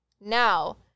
Now